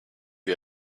you